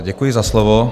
Děkuji za slovo.